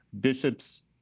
bishops